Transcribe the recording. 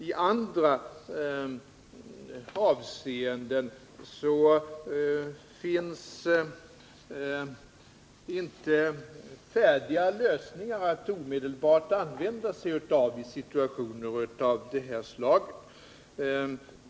I andra avseenden finns inte färdiga lösningar som man omedelbart kan använda sig av i situationer av det här slaget.